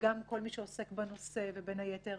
וגם כל מי שעוסק בנושא ובין היתר